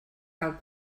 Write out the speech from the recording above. cal